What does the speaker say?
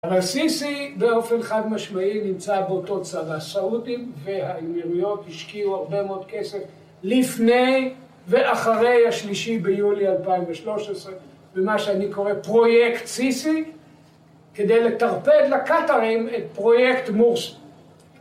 אבל סיסי באופן חד משמעי נמצא באותו צרה. הסעודים והאמירויות השקיעו הרבה מאוד כסף לפני ואחרי השלישי ביולי 2013 במה שאני קורא פרויקט סיסי כדי לטרפד לקטארים את פרויקט מורס